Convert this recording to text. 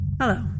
Hello